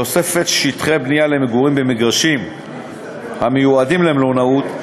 תוספת שטחי בנייה למגורים במגרשים המיועדים למלונאות.